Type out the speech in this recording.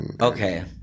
Okay